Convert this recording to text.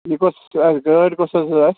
یہِ کۄس اَسہِ گٲڑۍ کۄس حظ اَسہِ